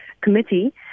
committee